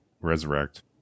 Resurrect